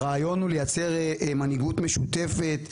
הרעיון הוא לייצר מנהיגות משותפת,